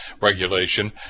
regulation